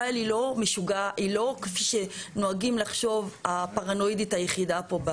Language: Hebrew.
לא כפי שנוהגים לחשוב, הפרנואידית היחידה.